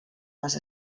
les